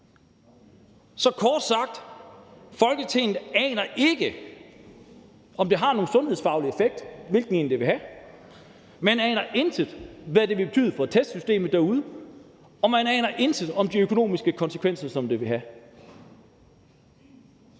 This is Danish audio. Så kort sagt: Folketinget aner ikke, om det har nogen sundhedsfaglig effekt, eller hvilken effekt det vil have. Man aner intet om, hvad det vil betyde for testsystemet derude, og man aner intet om de økonomiske konsekvenser, som det vil have.